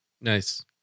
Nice